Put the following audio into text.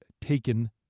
taken